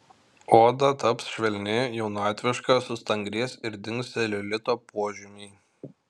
oda taps švelni jaunatviška sustangrės ir dings celiulito požymiai